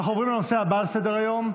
אנחנו עוברים לנושא הבא על סדר-היום: